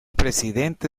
presidente